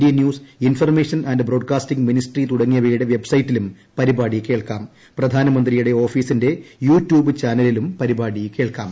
D news information and broadcasting ministry തുടങ്ങിയവയുടെ വെബ്സൈറ്റിലും പരിപാടി കേൾക്കാം പ്രപ്രധാനമന്ത്രിയുടെ ഓഫീസിന്റെ യൂ ട്യൂബ് ചാനലിലും പരിപാടി ക്യേൾക്കാം